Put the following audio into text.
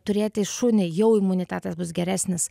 turėti šunį jau imunitetas bus geresnis